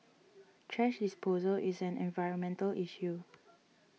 thrash disposal is an environmental issue